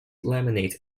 laminate